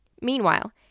Meanwhile